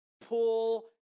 pull